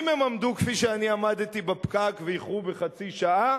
אם הם עמדו כפי שאני עמדתי בפקק ואיחרו בחצי שעה,